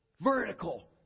Vertical